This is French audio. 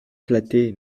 flatté